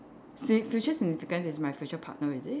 si~ future significant is my future partner is it